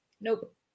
Nope